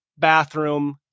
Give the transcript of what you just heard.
bathroom